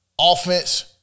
Offense